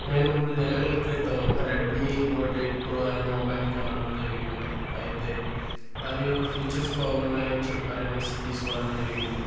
నేను మూడు నెలల క్రితం రెడ్మీ నోట్ ఎయిట్ ప్రో అనే మొబైల్ కొనడం జరిగింది అయితే దాని యొక్క ఫీచర్స్ బాగున్నాయని చెప్పారు అని తీసుకోవడం జరిగింది